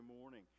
morning